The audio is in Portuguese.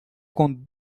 com